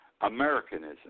Americanism